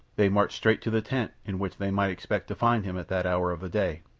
they marched straight to the tent in which they might expect to find him at that hour of the day,